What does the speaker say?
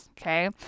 okay